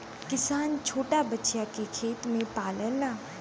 किसान छोटा बछिया के खेत में पाललन